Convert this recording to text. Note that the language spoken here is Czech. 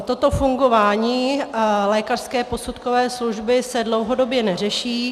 Toto fungování lékařské posudkové služby se dlouhodobě neřeší.